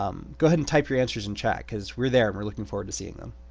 um go ahead and type your answers in chat, because we're there, and we're looking forward to seeing them.